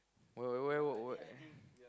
why why why why